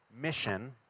mission